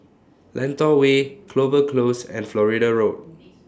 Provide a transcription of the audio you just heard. Lentor Way Clover Close and Florida Road